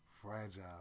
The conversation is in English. fragile